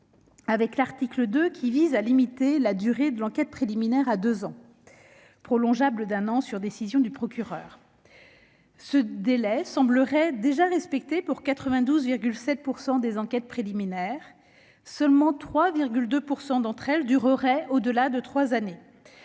avec l'article 2, qui vise à limiter la durée de l'enquête préliminaire à deux ans, prolongeables d'un an sur décision du procureur. Ce délai semblerait déjà respecté pour 92,7 % des enquêtes préliminaires. Seules 3,2 % d'entre elles dureraient au-delà de trois années.